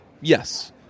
Yes